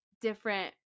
different